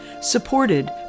supported